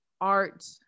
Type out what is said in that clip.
art